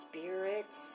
spirits